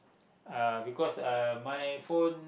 uh because uh my phone